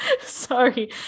sorry